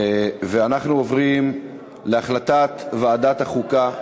ואנחנו עוברים להחלטת ועדת החוקה,